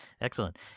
Excellent